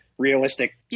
realistic